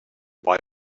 buy